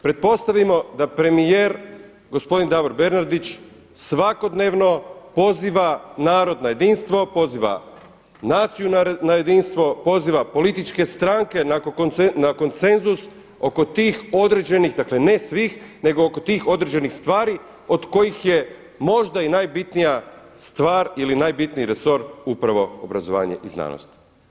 Pretpostavimo da premijer gospodin Davor Bernardić svakodnevno poziva narod na jedinstvo, poziva naciju na jedinstvo, poziva političke stranke na konsenzus oko tih određenih, dakle ne svih nego oko tih određenih stvari od kojih je možda i najbitnija stvar ili najbitniji resor upravo obrazovanje i znanost.